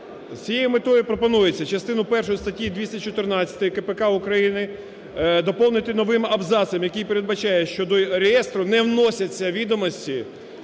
цією метою пропонується частину першу статті 214 КПК України доповнити новим абзацом, який передбачає, що до реєстру не вносяться відомості